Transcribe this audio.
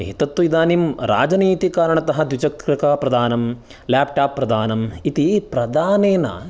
एतत्तु इदानीं राजनीतिकारणतः द्विचक्रिकाप्रदानं लेप्टाप् प्रदानं इति प्रदानेन